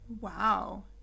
Wow